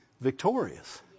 victorious